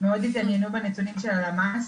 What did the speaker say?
מאוד התעניינו בנתונים של הלמ"ס,